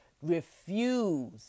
refuse